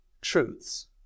truths